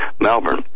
Melbourne